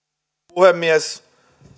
puhemies